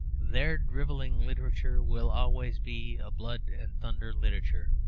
their drivelling literature will always be a blood and thunder literature,